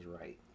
right